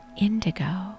indigo